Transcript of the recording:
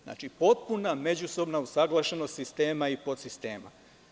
Znači, potpuna međusobna usaglašenost sistema i podsistema.